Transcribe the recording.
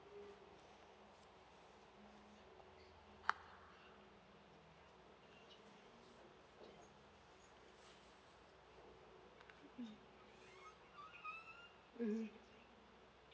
mmhmm